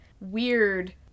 weird